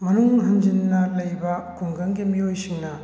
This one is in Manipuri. ꯃꯅꯨꯡ ꯍꯟꯖꯤꯟꯅ ꯂꯩꯕ ꯈꯨꯡꯒꯪꯒꯤ ꯃꯤꯑꯣꯏꯁꯤꯡꯅ